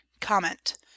comment